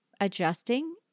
adjusting